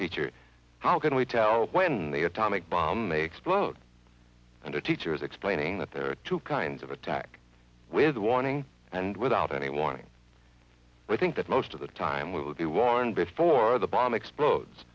teacher how can we tell when the atomic bomb they explode and our teacher is explaining that there are two kinds of attack with a warning and without any warning i think that most of the time we will be warned before the bomb explodes